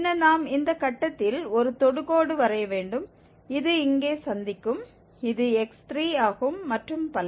பின்னர் நாம் இந்த கட்டத்தில் ஒரு தொடுகோடு வரைய வேண்டும் இது இங்கே சந்திக்கும் இது x3 ஆகும் மற்றும் பல